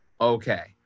Okay